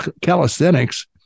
calisthenics